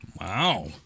Wow